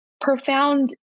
profound